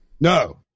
no